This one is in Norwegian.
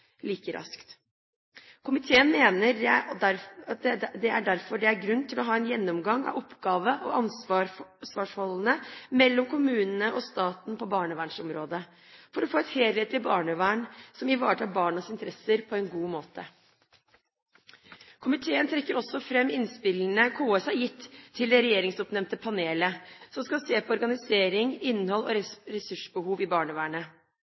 like raskt. Komiteen mener derfor det er grunn til å ha en gjennomgang av oppgave- og ansvarsforholdet mellom kommunene og staten på barnevernsområdet, for å få et helhetlig barnevern som ivaretar barnas interesser på en god måte. Komiteen trekker også fram innspillene KS har gitt til det regjeringsoppnevnte panelet som skal se på organisering, innhold og ressursbehov i barnevernet.